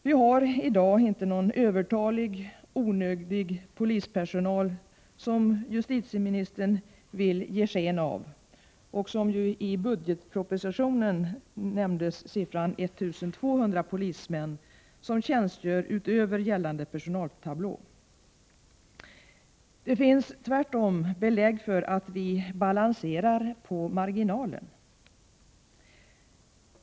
Vi har i dag inte någon övertalig, onödig polispersonal, som justitieministern vill ge sken av — i budgetpropositionen nämns att 1 200 polismän tjänstgör utöver gällande personaltablå. Det finns tvärtom belägg för att vi balanserar på marginalen.